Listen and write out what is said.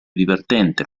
divertente